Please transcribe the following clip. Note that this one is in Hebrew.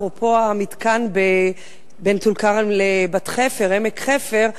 אפרופו המתקן בין טול-כרם לעמק חפר,